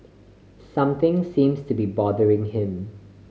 something seems to be bothering him